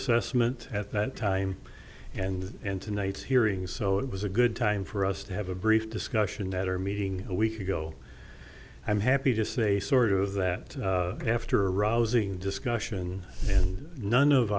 assessment at that time and in tonight's hearing so it was a good time for us to have a brief discussion netter meeting a week ago i'm happy to say sort of that after a rousing discussion and none of